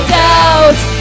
doubt